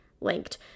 linked